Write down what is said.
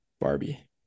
Barbie